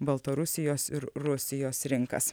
baltarusijos ir rusijos rinkas